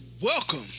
Welcome